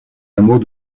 hameaux